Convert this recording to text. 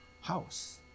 house